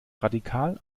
radikal